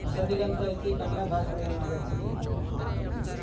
होसदिगन्त इति कन्नडभाषायाम् आगच्छति